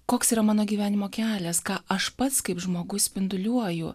koks yra mano gyvenimo kelias ką aš pats kaip žmogus spinduliuoju